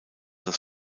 das